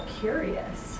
curious